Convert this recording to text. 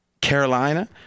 Carolina